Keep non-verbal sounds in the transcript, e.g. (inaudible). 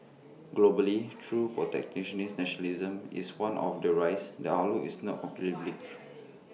globally though protectionist nationalism is one the rise the outlook is not (noise) completely bleak